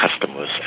customers